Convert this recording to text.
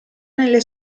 nelle